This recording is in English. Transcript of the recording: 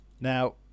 Now